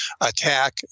attack